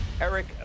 Eric